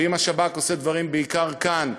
ואם השב"כ עושה דברים בעיקר כאן,